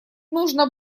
нужно